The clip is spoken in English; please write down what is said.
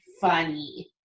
funny